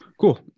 Cool